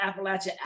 Appalachia